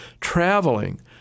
traveling